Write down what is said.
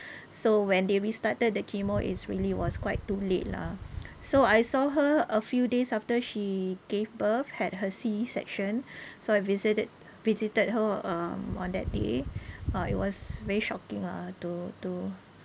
so when they restarted the chemo is really was quite too late lah so I saw her a few days after she gave birth had her C section so I visited visited her um on that day uh it was very shocking lah to to